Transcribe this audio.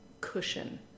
cushion